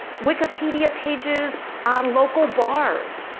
wikipedia pages on local bars,